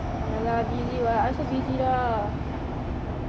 ya lah busy what I also busy lah